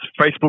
Facebook